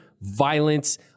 violence